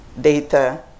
data